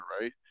right